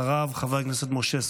אחריו, חבר הכנסת משה סולומון.